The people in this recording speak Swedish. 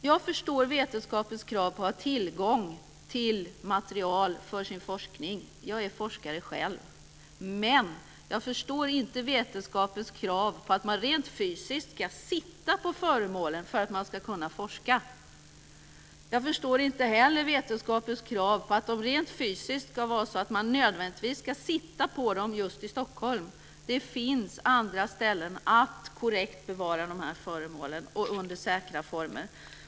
Jag förstår vetenskapens krav på att ha tillgång till material för sin forskning. Jag är forskare själv. Men jag förstår inte vetenskapens krav på att man rent fysiskt måste sitta på föremålen för att kunna forska. Jag förstår inte heller vetenskapens krav på att man nödvändigtvis ska sitta på dem just i Stockholm. Det finns andra ställen där man korrekt kan bevara de här föremålen under säkra former.